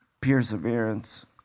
perseverance